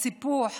הסיפוח,